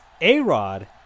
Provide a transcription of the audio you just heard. A-Rod –